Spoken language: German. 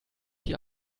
die